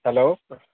hello